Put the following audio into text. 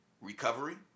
Recovery